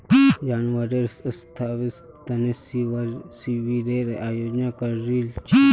जानवरेर स्वास्थ्येर तने शिविरेर आयोजन करील छिले